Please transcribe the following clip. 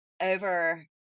over